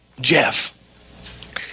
Jeff